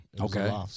Okay